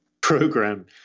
program